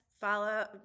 follow